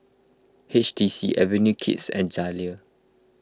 H T C Avenue Kids and Zalia